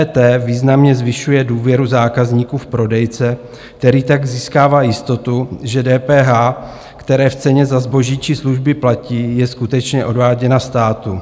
EET významně zvyšuje důvěru zákazníků v prodejce, který tak získává jistotu, že DPH, které v ceně za zboží či služby platí, je skutečně odváděna státu.